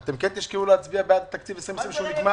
אתם כן תשקלו להצביע בעד תקציב 2020 שנגמר?